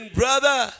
brother